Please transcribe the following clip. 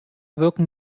wirken